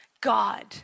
God